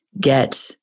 get